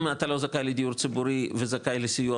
אם אתה לא זכאי לדיור ציבורי וזכאי לסיוע